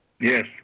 Yes